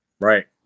Right